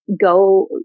go